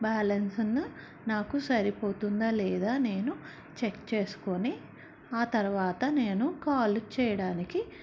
బ్యాలెన్స్ను నాకు సరిపోతుందా లేదా నేను చెక్ చేసుకుని ఆ తరువాత నేను కాల్ చెయ్యడానికి